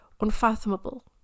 unfathomable